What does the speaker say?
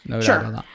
Sure